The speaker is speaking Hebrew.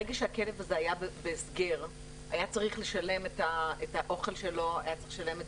ברגע שהוא היה בהסגר היה צריך לשלם את האוכל והטיפול.